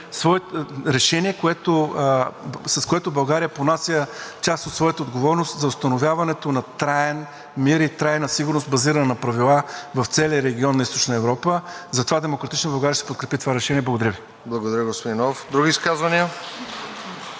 решение, с което България понася част от своята отговорност за установяването на траен мир и трайна сигурност, базирана на правила в целия регион на Източна Европа. Затова „Демократична България“ ще подкрепи това решение. Благодаря Ви. (Ръкопляскания